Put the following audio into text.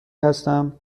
هستم